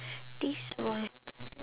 this one